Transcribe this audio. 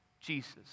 Jesus